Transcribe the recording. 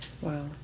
Wow